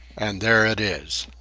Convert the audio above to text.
and there it is.